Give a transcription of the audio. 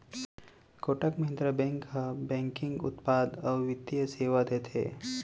Kotak Mahindra bank ह बैंकिंग उत्पाद अउ बित्तीय सेवा देथे